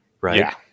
Right